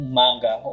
manga